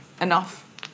enough